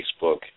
Facebook